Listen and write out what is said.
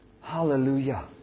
Hallelujah